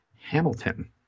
Hamilton